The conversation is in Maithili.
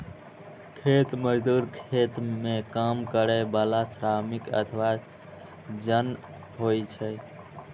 खेत मजदूर खेत मे काम करै बला श्रमिक अथवा जन होइ छै